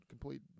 complete